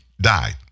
died